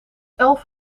elf